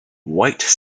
white